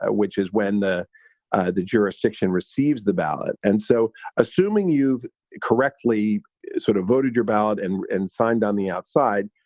ah which is when the ah the jurisdiction receives the ballot. and so assuming you've correctly sort of voted your ballot and and signed on the outside,